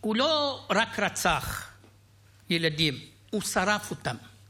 הוא לא רק רצח ילדים, הוא שרף אותם.